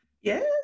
Yes